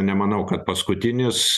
nemanau kad paskutinis